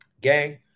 gang